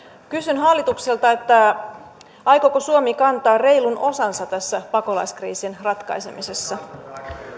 kysyn hallitukselta aikooko suomi kantaa reilun osansa tässä pakolaiskriisin ratkaisemisessa